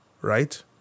right